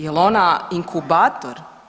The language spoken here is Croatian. Jel ona inkubator?